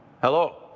Hello